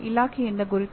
ಇದು ಏಕೆ ಅಗತ್ಯ